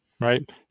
right